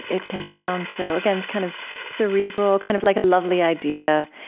it can sound so again, it's kind of cerebral, kind of like a lovely idea.